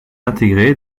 intégré